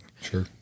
Sure